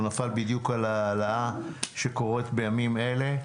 הוא נפל בדיוק על ההעלאה שקורית בימים אלה.